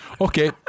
Okay